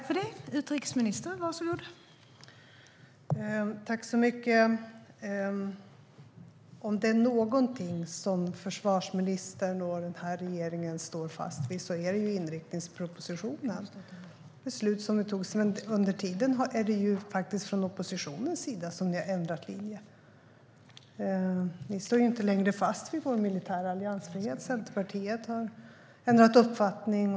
Fru talman! Om det är någonting som försvarsministern och den här regeringen står fast vid är det inriktningspropositionen. När det gäller beslut som togs under tiden är det faktiskt oppositionen som har ändrat linje. Ni står ju inte längre fast vid vår militära alliansfrihet. Centerpartiet har ändrat uppfattning.